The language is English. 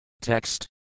Text